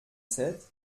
sept